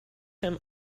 him